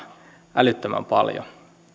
älyttömän paljon